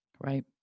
right